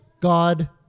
God